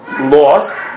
lost